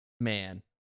man